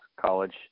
college